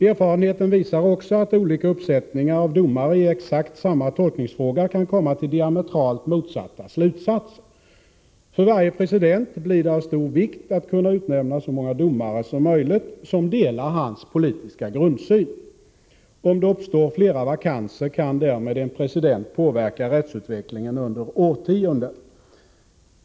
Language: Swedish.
Erfarenheten visar också att olika uppsättningar av domare i exakt samma tolkningsfråga kan komma till diametralt motsatta slutsatser. För varje president blir det avsstor vikt att kunna utnämna så många domare som möjligt som delar hans politiska grundsyn. Om det uppstår flera vakanser kan därmed en president påverka rättsutvecklingen under årtionden.